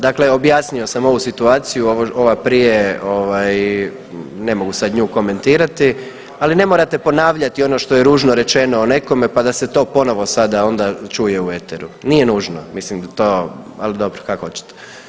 Dakle, objasnio ovu situaciju ova prije ne mogu sad nju komentirati, ali ne morate ponavljati ono što je ružno rečeno o nekome pa da se to ponovo sada onda čuje u eteru, nije nužno, mislim to, ali dobro kako hoćete.